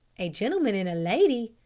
a gentleman and a lady?